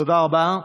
תודה רבה.